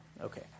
Okay